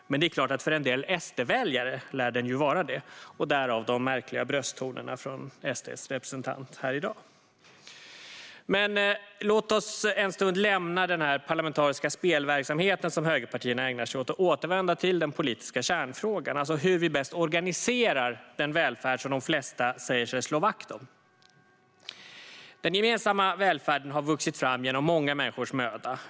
För en del SD-väljare lär den ändå vara det, därav de märkliga brösttonerna från SD:s representant här i dag. Men låt oss en stund lämna den parlamentariska spelverksamhet som högerpartierna ägnar sig åt och återvända till den politiska kärnfrågan, alltså hur vi bäst organiserar den välfärd som de flesta säger sig slå vakt om. Den gemensamma välfärden har vuxit fram genom många människors möda.